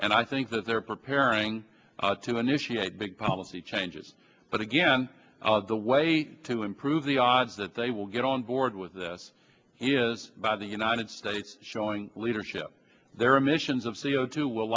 and i think that they're preparing to initiate big policy changes but again the way to improve the odds that they will get on board with this he is by the united states showing leadership their emissions of c o two will